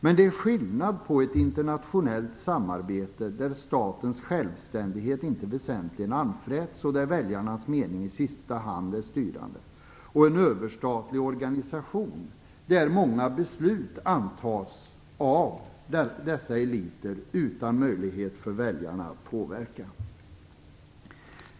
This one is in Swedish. Men det är skillnad på ett internationellt samarbete där statens självständighet inte väsentligen anfräts och där väljarnas mening i sista hand är styrande och en överstatlig organisation där många beslut antas av dessa eliter utan möjlighet för väljarna att påverka.